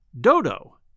Dodo